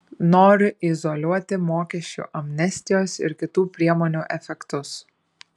noriu izoliuoti mokesčių amnestijos ir kitų priemonių efektus